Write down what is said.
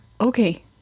okay